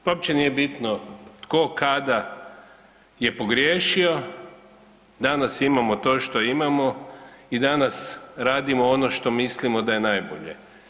Uopće nije bitno tko, kada je pogriješio, danas imamo to što imamo i danas radimo ono što mislimo da je najbolje.